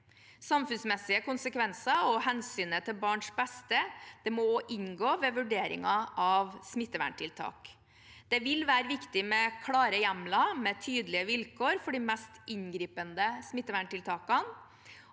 Samfunnsmessige konsekvenser og hensynet til barns beste må også inngå ved vurderinger av smitteverntiltak. Det vil være viktig med klare hjemler med tydelige vilkår for de mest inngripende smitteverntiltakene,